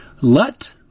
Let